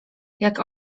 jak